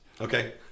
Okay